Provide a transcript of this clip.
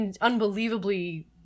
unbelievably